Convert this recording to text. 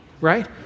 right